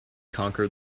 conquer